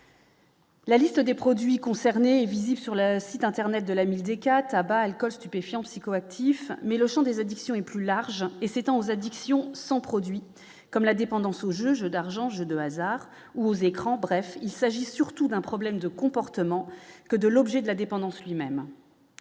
La liste des produits concernés, visible sur le site internet de l'ami DK Tabac Alcool, stupéfiants psychoactifs mais le Champ des addictions et plus large et s'étend aux addictions sans produits comme la dépendance aux jeux d'argent, jeux de hasard ou aux écrans, bref, il s'agit surtout d'un problème de comportement que de l'objet de la dépendance, lui-même,